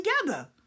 together